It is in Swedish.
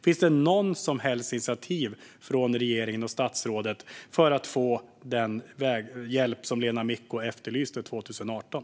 Finns det något som helst initiativ från regeringen och statsrådet för att de ska få den hjälp som Lena Micko efterlyste 2018?